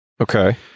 Okay